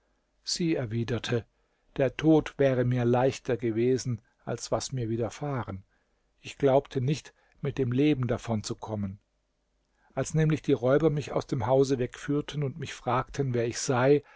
sie erwiderte der tod wäre mir leichter gewesen als was mir widerfahren ich glaubte nicht mit dem leben davonzukommen als nämlich die räuber mich aus dem hause wegführten und mich fragten wer ich sei